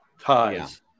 Ties